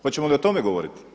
Hoćemo li o tome govoriti?